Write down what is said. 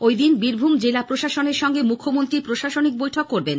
ঐদিন বীরভূম জেলা প্রশাসনের সঙ্গে মুখ্যমন্ত্রী প্রশাসনিক বৈঠক করবেন